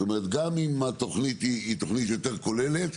זאת אומרת גם אם התוכנית היא תוכנית יותר כוללת,